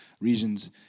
regions